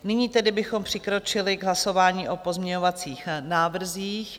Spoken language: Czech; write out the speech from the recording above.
Nyní tedy bychom přikročili k hlasování o pozměňovacích návrzích.